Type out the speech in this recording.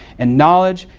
and knowledge,